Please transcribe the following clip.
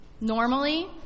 Normally